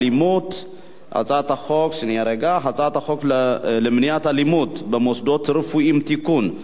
הצעת חוק למניעת אלימות במוסדות רפואיים (תיקון),